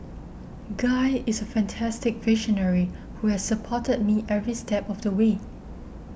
guy is a fantastic visionary who has supported me every step of the way